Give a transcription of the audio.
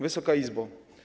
Wysoka Izbo!